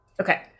okay